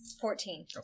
Fourteen